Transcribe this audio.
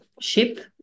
ship